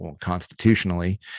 constitutionally